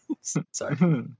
Sorry